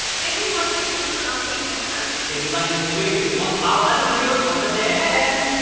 thank you for watching this episode of taste testers! if you like this video, you can watch our other videos over there!